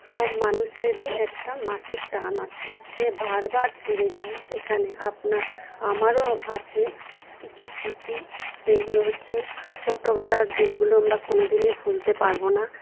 সব মানুষেরই একটা মাটির টান আছে সে বার বার ফিরে যায় সেখানে আপনার আমারও আছে কিছু স্মৃতি সেইগুলো হচ্ছে ছোটোবেলার দিনগুলো আমরা কোনদিনই ভুলতে পারব না